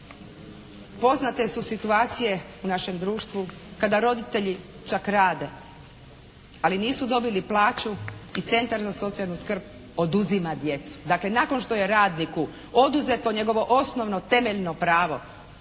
poznate su situacije u našem društvu kada roditelji čak rade, ali nisu dobili plaću i Centar za socijalnu skrb oduzima djecu. Dakle, nakon što je radniku oduzeto njegovo osnovno, temeljno pravo,